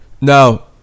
Now